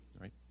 right